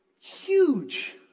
huge